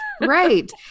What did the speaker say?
right